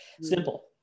Simple